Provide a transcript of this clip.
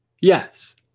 yes